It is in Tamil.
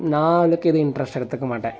நான் அதுக்கு எதுவும் இன்ட்ரெஸ்ட் எடுத்துக்க மாட்டேன்